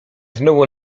znowu